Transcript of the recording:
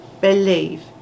believe